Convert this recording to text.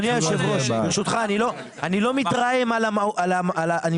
אדוני היושב ראש, ברשותך, אני מתרעם על התשובה.